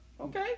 okay